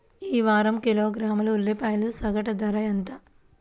ఈ వారం కిలోగ్రాము ఉల్లిపాయల సగటు ధర ఎంత?